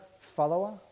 follower